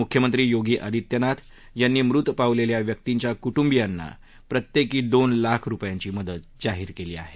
मुख्यमंत्री योगी आदित्यनाथ यांनी मृत पावलेल्या व्यक्तींच्या कुटुंबियांना प्रत्येकी दोन लाख रुपयांची मदत जाहीर केली आहे